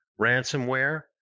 ransomware